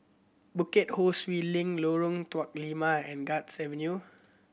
Bukit Ho Swee Link Lorong Tuk Lima and Guards Avenue